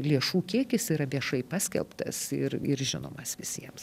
lėšų kiekis yra viešai paskelbtas ir ir žinomas visiems